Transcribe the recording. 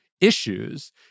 issues